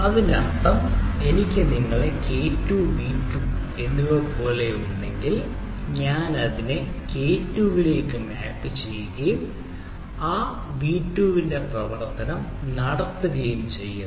അതിനർത്ഥം എനിക്ക് നിങ്ങളെ k 2 v 2 പോലെ ഉണ്ടെങ്കിൽ ഞാൻ അതിനെ ചില k2 ലേക്ക് മാപ്പ് ചെയ്യുകയും ആ v2 ന്റെ പ്രവർത്തനം നടത്തുകയും ചെയ്യുന്നു